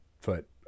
foot